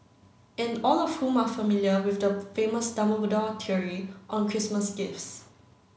and all of whom are familiar with the famous Dumbledore theory on Christmas gifts